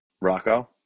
Rocco